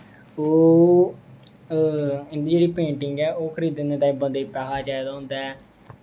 ओह् इं'दी जेह्ड़ी पेंटिंग ऐ ओह् खरीदने ताहीं बंदे ई पैसा चाहिदा होंदा ऐ